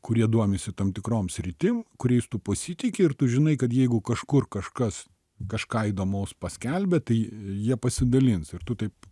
kurie domisi tam tikrom sritim kuriais tu pasitiki ir tu žinai kad jeigu kažkur kažkas kažką įdomaus paskelbia tai jie pasidalins ir tu taip